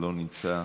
לא נמצא,